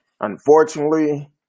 Unfortunately